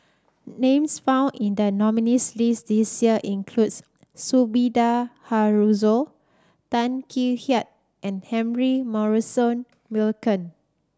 names found in the nominees' list this year includes Sumida Haruzo Tan Kek Hiang and Humphrey Morrison Burkill